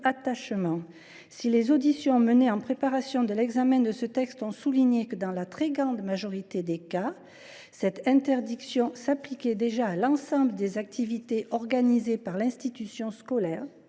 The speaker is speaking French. Si les auditions menées en préparation de l’examen de ce texte ont souligné que, dans la très grande majorité des cas, cette interdiction s’appliquait déjà à l’ensemble des activités organisées par l’institution scolaire,